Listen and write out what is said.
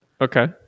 Okay